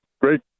Great